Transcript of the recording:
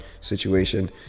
situation